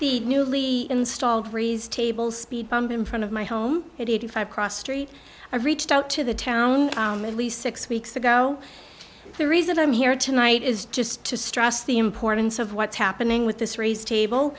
the newly installed breeze table speed bump in front of my home at eighty five cross street i reached out to the town at least six weeks ago the reason i'm here tonight is just to stress the importance of what's happening with this raise table